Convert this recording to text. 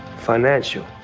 financial.